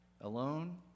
alone